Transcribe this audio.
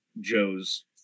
Joe's